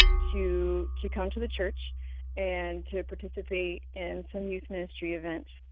to to come to the church and to participate in some youth ministry events.